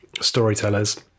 storytellers